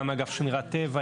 גם מאגף שמירת טבע,